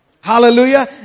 Hallelujah